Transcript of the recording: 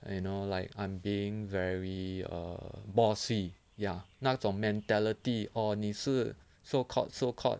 and you know like I'm being very err bossy ya 那种 mentality or 你是 so called so called